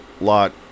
lot